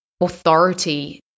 authority